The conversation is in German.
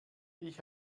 ich